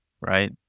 right